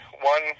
one